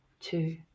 two